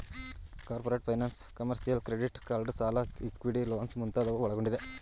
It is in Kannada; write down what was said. corporate finance, commercial, credit card ಸಾಲ, ಇಕ್ವಿಟಿ ಲೋನ್ಸ್ ಮುಂತಾದವು ಒಳಗೊಂಡಿದೆ